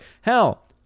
Hell